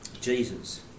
Jesus